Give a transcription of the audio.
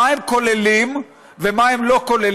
מה הם כוללים ומה הם לא כוללים,